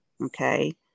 Okay